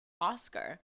Oscar